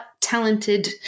talented